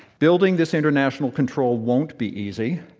building this international control won't be easy,